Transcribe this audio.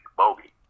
bogey